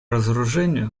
разоружению